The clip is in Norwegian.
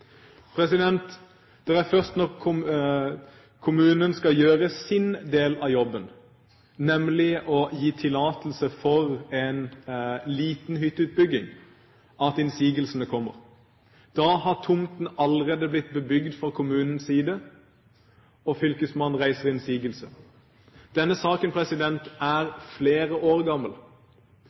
Det er først når kommunen skal gjøre sin del av jobben, nemlig å gi tillatelse til en liten hytteutbygging, at innsigelsene kommer. Da har tomten allerede blitt bebygd fra kommunens side, og fylkesmannen kommer med innsigelse. Denne saken er flere år gammel.